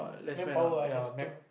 manpower ah there's two